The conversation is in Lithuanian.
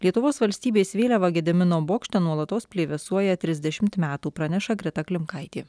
lietuvos valstybės vėliava gedimino bokšte nuolatos plevėsuoja trisdešimt metų praneša greta klimkaitė